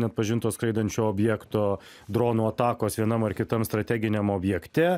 neatpažinto skraidančio objekto dronų atakos vienam ar kitam strateginiam objekte